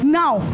now